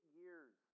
years